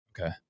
Okay